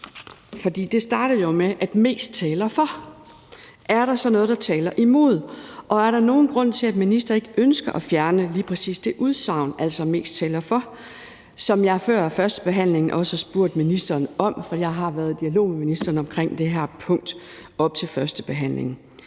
For der starter jo med at stå, at mest taler for. Er der så noget, der taler imod? Og er der nogen grund til, at ministeren ikke ønsker at fjerne lige præcis det udsagn, altså »mest taler for«? Det har jeg før førstebehandlingen også spurgt ministeren om, for jeg har været i dialog med ministeren omkring det her punkt op til førstebehandlingen.